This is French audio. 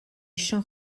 chants